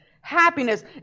happiness